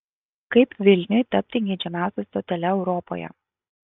kaip vilniui tapti geidžiamiausia stotele europoje